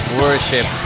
worship